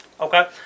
Okay